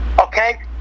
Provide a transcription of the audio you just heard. okay